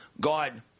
God